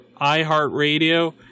iHeartRadio